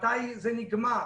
ומתי היא נגמרת.